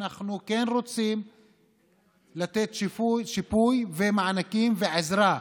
אנחנו כן רוצים לתת שיפוי, מענקים ועזרה,